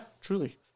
truly